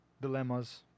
dilemmas